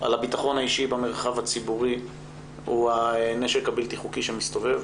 על הביטחון האישי במרחב הציבורי הוא הנשק הבלתי-חוקי שמסתובב,